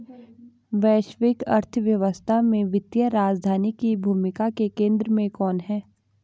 वैश्विक अर्थव्यवस्था में वित्तीय राजधानी की भूमिका के केंद्र में कौन है?